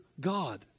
God